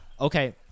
okay